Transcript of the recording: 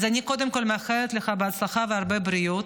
אז קודם כול אני מאחלת לך הצלחה והרבה בריאות.